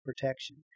protection